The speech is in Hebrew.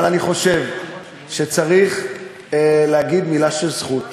אבל אני חושב שצריך להגיד מילה של זכות